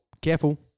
careful